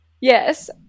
Yes